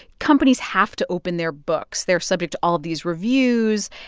companies have to open their books. they're subject to all of these reviews.